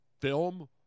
film